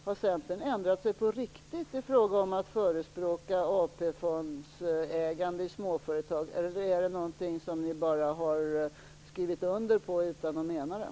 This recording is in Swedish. Har Centern ändrat sig på riktigt i fråga om att förespråka AP-fondsägande i småföretag? Eller är det något som ni bara har skrivit under på utan att mena det?